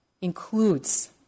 includes